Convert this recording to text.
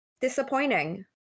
disappointing